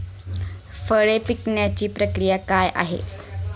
फळे पिकण्याची प्रक्रिया काय आहे?